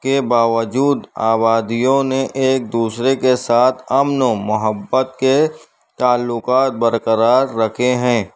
کے باوجود آبادیوں نے ایک دوسرے کے ساتھ امن و محبت کے تعلقات برقرار رکھیں ہیں